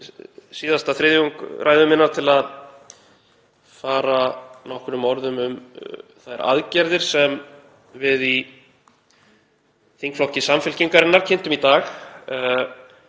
síðasta þriðjung ræðu minnar til að fara nokkrum orðum um þær aðgerðir sem við í þingflokki Samfylkingarinnar kynntum í dag,